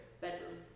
Bedroom